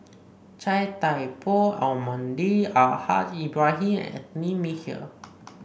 Chia Thye Poh Almahdi Al Haj Ibrahim Anthony Miller